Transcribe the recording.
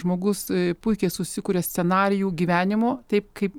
žmogus a puikiai susikuria scenarijų gyvenimo taip kaip